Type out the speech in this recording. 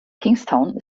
kingstown